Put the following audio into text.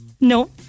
No